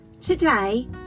Today